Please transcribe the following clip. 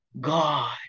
God